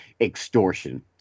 extortion